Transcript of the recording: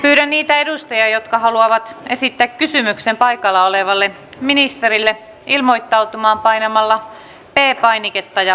pyydän niitä edustajia jotka haluavat esittää kysymyksen paikalla olevalle ministerille ilmoittautumaan painamalla p painiketta ja nousemalla seisomaan